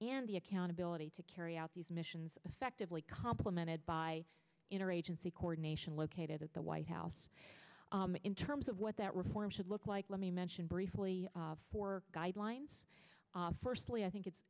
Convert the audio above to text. and the accountability to carry out these missions effectively complemented by interagency coordination located at the white house in terms of what that reform should look like let me mention briefly for guidelines firstly i think it's